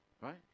Right